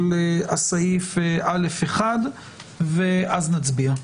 ואחר כך נצביע.